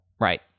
Right